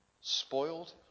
spoiled